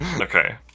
Okay